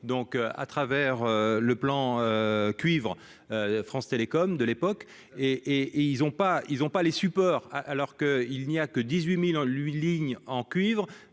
donc à travers le plan cuivre France Télécom de l'époque et et ils ont pas ils ont pas les supports alors que il n'y a que 18000 lui lignes en cuivre